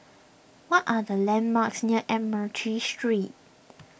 what are the landmarks near Admiralty Street